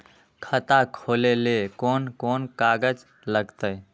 खाता खोले ले कौन कौन कागज लगतै?